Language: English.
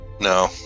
No